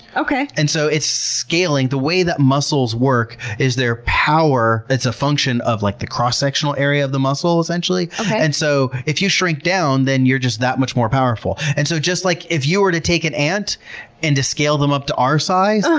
and so it's scaling. the way that muscles work is their power, it's a function of like the cross-sectional area of the muscle essentially. and so if if you shrink down, then you're just that much more powerful. and so just like if you were to take an ant and to scale them up to our size,